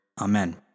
Amen